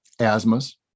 asthmas